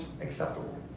acceptable